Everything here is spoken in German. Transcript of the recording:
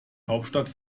hauptstadt